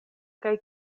kaj